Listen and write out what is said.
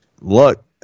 look